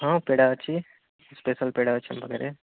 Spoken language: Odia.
ହଁ ପେଡ଼ା ଅଛି ସ୍ପେସିଆଲ୍ ପେଡ଼ା ଅଛି ଆମ ପାଖରେ